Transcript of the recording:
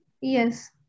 Yes